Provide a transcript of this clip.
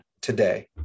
today